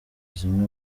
zimwe